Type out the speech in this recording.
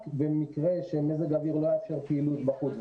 רק במקרה שמזג האוויר לא יאפשר פעילות בחוץ,